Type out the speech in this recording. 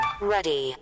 Ready